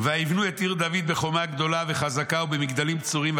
ויבנו את עיר דוד בחומה גדולה וחזקה ובמגדלים בצורים,